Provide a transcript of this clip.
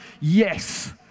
Yes